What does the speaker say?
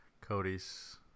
Cody's